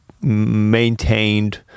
maintained